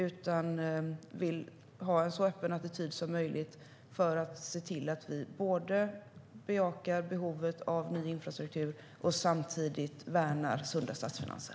Vi vill ha en så öppen attityd som möjligt för att se till att bejaka behovet av infrastruktur och samtidigt värna sunda statsfinanser.